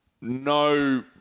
no